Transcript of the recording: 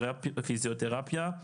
פיזיותרפיה,